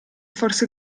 forse